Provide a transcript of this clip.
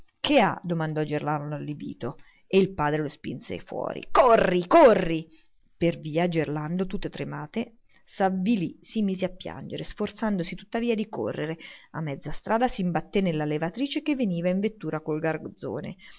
che ha domandò gerlando allibito ma il padre lo spinse fuori corri corri per via gerlando tutto tremante s'avvilì si mise a piangere sforzandosi tuttavia di correre a mezza strada s'imbatté nella levatrice che veniva in vettura col garzone